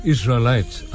Israelites